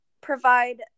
provide